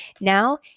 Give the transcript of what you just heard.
Now